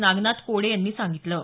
नागनाथ कोडे यांनी सांगितलं आहे